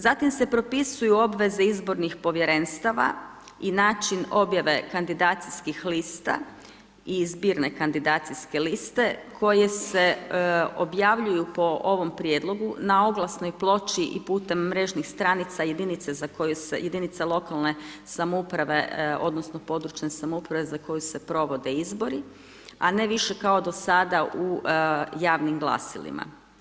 Zatim se propisuju obveze izbornih povjerenstava i način objave kandidacijskih lista i zbirne kandidacijske liste koje se objavljuju po ovom prijedlogu na oglasnoj ploči i putem mrežnih stranica jedinice za koje se jedinice lokalne samouprave odnosno područne samouprave za koju se provode izbori a ne više kao do sada u javnim glasilima.